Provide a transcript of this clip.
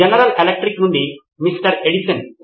general Electric నుండి Mr Edison